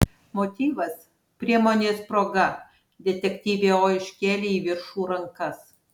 motyvas priemonės proga detektyvė o iškėlė į viršų rankas